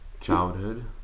childhood